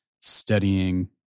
studying